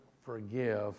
forgive